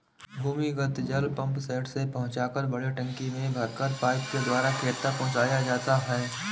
भूमिगत जल पम्पसेट से पहुँचाकर बड़े टंकी में भरकर पाइप के द्वारा खेत तक पहुँचाया जाता है